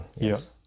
yes